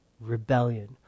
rebellion